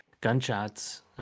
gunshots